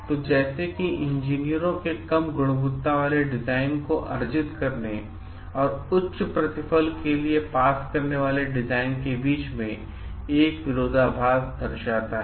तो जैसे कि यह इंजीनियरों के कम गुणवत्ता वाले डिजाइन को अर्जित करने और उच्च प्रतिफल के लिए पास करने वाले डिजाइन के बीच में एक विरोधाभास को दर्शाता है